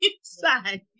inside